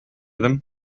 them